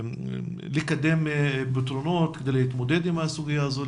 ולקדם פתרונות כדי להתמודד עם הסוגיה הזאת,